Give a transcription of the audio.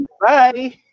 Bye